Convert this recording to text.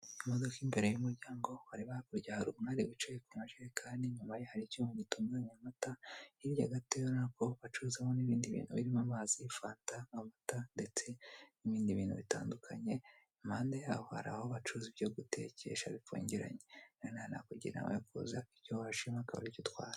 Imodoka imbere y'umuryango wareba hakurya hari umuntu kuruhande wicaye ku majerekani wareba inyumaye hari nicyuma gitunganya amata hirya gato urabona ko bacuruzamo ibindi binu birimo: amazi, fanta, amavuta ndetse n'ib indi binu bitandukanye. Imande yaho haraho bacuruza ibindi binu byo gutekesha bifungiranye inama nakugira nukuza icyo washima nicyo utwara.